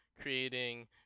creating